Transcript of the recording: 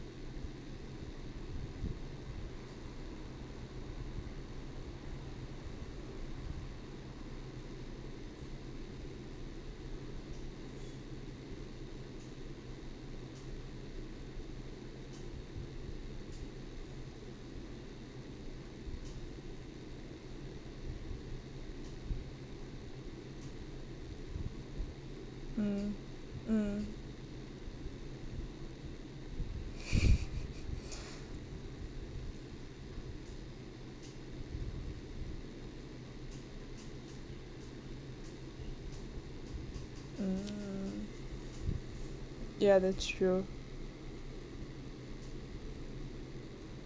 mm mm mm ya that's true